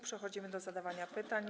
Przechodzimy do zadawania pytań.